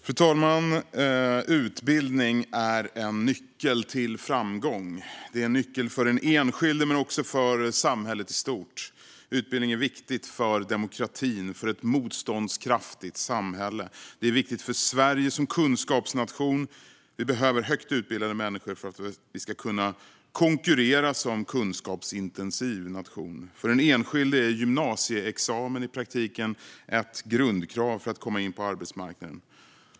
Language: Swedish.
Fru talman! Utbildning är en nyckel till framgång. Det är en nyckel för den enskilde men också för samhället i stort. Utbildning är viktigt för demokratin och för ett motståndskraftigt samhälle. Det är viktigt för Sverige som kunskapsnation; vi behöver högt utbildade människor för att vi ska kunna konkurrera som kunskapsintensiv nation. För den enskilde är gymnasieexamen i praktiken ett grundkrav för att komma in på arbetsmarknaden.